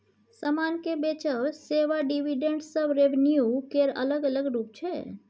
समान केँ बेचब, सेबा, डिविडेंड सब रेवेन्यू केर अलग अलग रुप छै